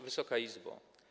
Wysoka Izbo!